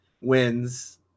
wins